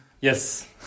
Yes